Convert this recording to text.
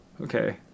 Okay